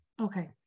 Okay